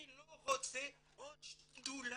אני לא רוצה עוד שדולה